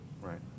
Right